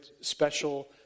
special